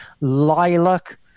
lilac